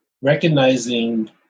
recognizing